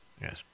Yes